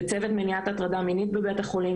וצוות מניעת הטרדה מינית בבית החולים,